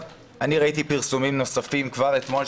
ראיתי פרסומים נוספים גם אתמול,